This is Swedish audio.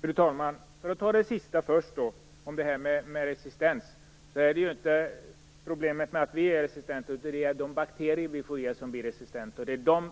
Fru talman! För att ta det sista först, nämligen frågan om resistens: Problemet är inte att vi är resistenta, utan att de bakterier som vi får i oss blir resistenta. Det är